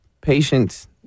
Patience